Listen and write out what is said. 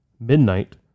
Midnight